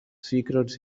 secrets